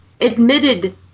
admitted